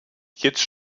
jetzt